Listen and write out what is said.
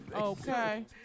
Okay